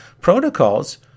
protocols